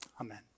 Amen